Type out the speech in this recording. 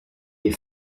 les